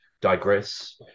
digress